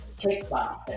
kickboxing